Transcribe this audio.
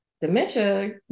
dementia